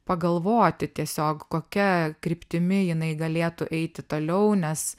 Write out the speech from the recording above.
pagalvoti tiesiog kokia kryptimi jinai galėtų eiti toliau nes